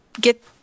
get